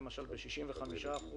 למעשה הכסף